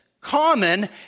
common